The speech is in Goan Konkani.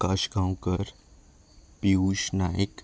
आकाश गांवकर पियूश नायक